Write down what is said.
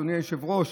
אדוני היושב-ראש,